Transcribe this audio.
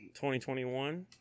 2021